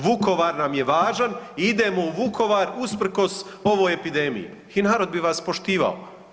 Vukovar nam je važan i idemo u Vukovar usprkos ovoj epidemiji i narod bi vas poštivao.